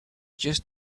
just